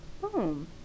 Boom